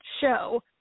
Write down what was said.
show